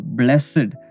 blessed